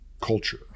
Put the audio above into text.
culture